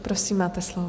Prosím, máte slovo.